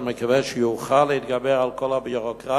ואני מקווה שנוכל להתגבר על כל הביורוקרטיה